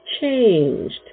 changed